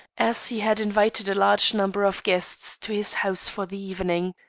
as he had invited a large number of guests to his house for the evening.